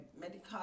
medical